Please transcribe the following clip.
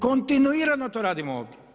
Kontinuirano to radimo ovdje.